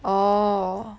orh